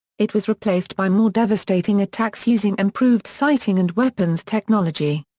it was replaced by more devastating attacks using improved sighting and weapons technology.